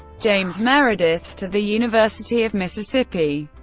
james meredith, to the university of mississippi.